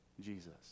Jesus